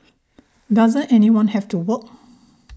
doesn't anyone have to work